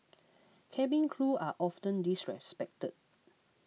cabin crew are often disrespected